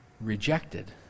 rejected